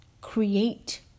create